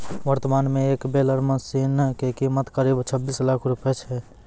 वर्तमान मॅ एक बेलर मशीन के कीमत करीब छब्बीस लाख रूपया छै